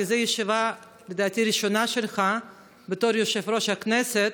כי זו לדעתי הישיבה הראשונה שלך בתור יושב-ראש הכנסת.